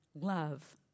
love